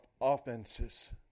offenses